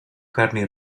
carni